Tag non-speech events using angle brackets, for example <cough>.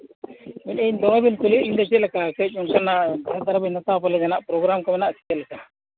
ᱫᱚᱢᱮ ᱵᱮᱱ ᱠᱩᱞᱤᱭᱮᱫ ᱞᱤᱧ ᱫᱚ ᱪᱮᱫ ᱞᱮᱠᱟ ᱠᱟᱹᱡ ᱚᱱᱠᱟᱱᱟᱜ <unintelligible> ᱦᱟᱛᱟᱣᱟ ᱡᱟᱦᱟᱱᱟᱜ ᱯᱨᱳᱜᱽᱨᱟᱢ ᱠᱚ ᱢᱮᱱᱟᱜᱼᱟ ᱥᱮ ᱪᱮᱛᱟ